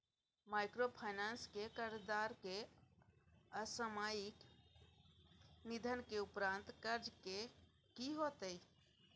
Microfinance के कर्जदार के असामयिक निधन के उपरांत कर्ज के की होतै?